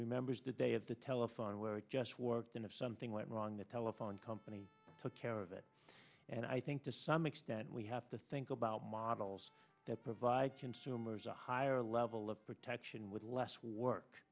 remembers the day of the telephone where it just worked in if something went wrong the telephone company took care of it and i think to some extent we have to think about models that provide consumers a higher level of protection with less work